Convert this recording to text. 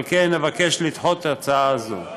על כן נבקש לדחות הצעה זו.